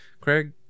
Craig